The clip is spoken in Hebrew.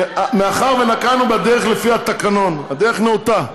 מאחר שנקטנו דרך לפי התקנון, הדרך נאותה,